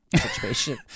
situation